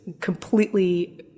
completely